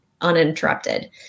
uninterrupted